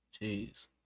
Jeez